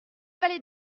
fallait